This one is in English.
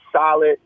solid